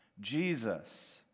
Jesus